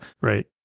Right